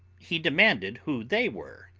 he demanded who they were,